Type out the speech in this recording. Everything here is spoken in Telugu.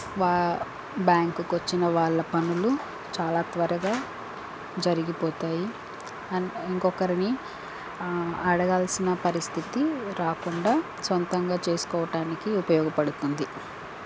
వా బ్యాంకుకు వచ్చిన వాళ్ళ పనులు చాలా త్వరగా జరిగిపోతాయి అండ్ ఇంకొకరిని ఆ అడగాల్సిన పరిస్థితి రాకుండా సొంతంగా చేసుకోవటానికి ఉపయోగపడుతుంది